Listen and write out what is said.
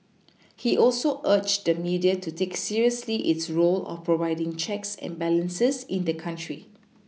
he also urged the media to take seriously its role of providing checks and balances in the country